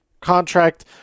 contract